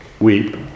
weep